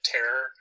Terror